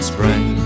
Spring